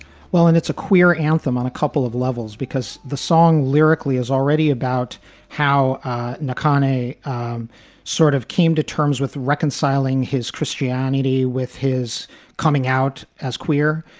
well, and it's a queer anthem on a couple of levels, because the song lyrically is already about how nakanishi um sort of came to terms with reconciling his christianity with his coming out as queer.